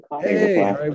hey